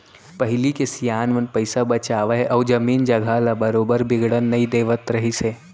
पहिली के सियान मन पइसा बचावय अउ जमीन जघा ल बरोबर बिगड़न नई देवत रहिस हे